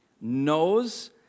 knows